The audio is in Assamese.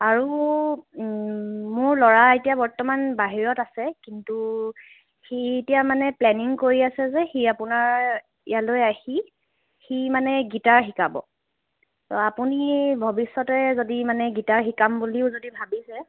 আৰু মোৰ ল'ৰা এতিয়া বৰ্তমান বাহিৰত আছে কিন্তু সি এতিয়া মানে প্লেনিং কৰি আছে যে সি আপোনাৰ ইয়ালৈ আহি সি মানে গিটাৰ শিকাব তো আপুনি ভৱিষ্যতে যদি মানে গিটাৰ শিকাম বুলি যদিও ভাবিছে